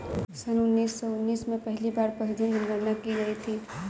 सन उन्नीस सौ उन्नीस में पहली बार पशुधन जनगणना की गई थी